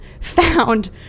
found